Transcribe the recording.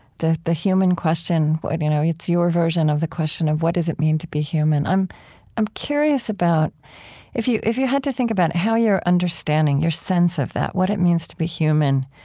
the the human question you know it's your version of the question of, what does it mean to be human? i'm i'm curious about if you if you had to think about how your understanding, your sense of that, what it means to be human,